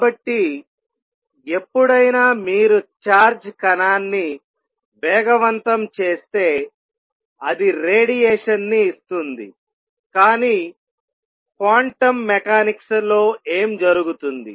కాబట్టి ఎప్పుడైనా మీరు చార్జ్డ్ కణాన్ని వేగవంతం చేస్తే అది రేడియేషన్ ని ఇస్తుంది కానీ క్వాంటం మెకానిక్స్ లో ఏమి జరుగుతుంది